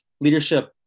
leadership